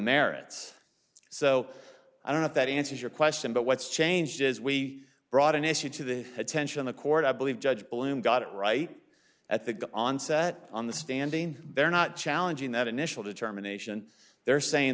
merits so i don't know if that answers your question but what's changed is we brought an issue to the attention the court i believe judge bloom got it right at the onset on the standing there not challenging that initial determination there saying